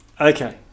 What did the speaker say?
Okay